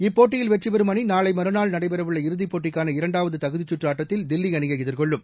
இப்போட்டியில் வெற்றிபெறும் அணிநாளைமறுநாள் நடைபெறஉள்ள இறுதிப்போட்டிக்கான இரண்டாவதுதகுதிச்சுற்றுஆட்டத்தில் தில்லிஅணியைஎதிர்கொள்ளும்